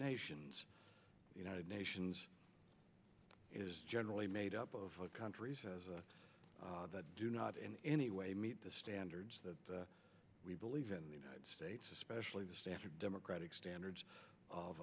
nations united nations is generally made up of the countries as a do not in any way meet the standards that we believe in the united states especially the standard democratic standards of